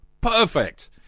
Perfect